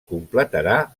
completarà